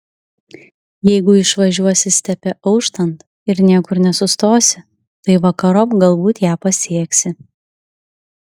jeigu išvažiuosi stepe auštant ir niekur nesustosi tai vakarop galbūt ją pasieksi